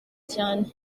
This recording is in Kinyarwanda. cyane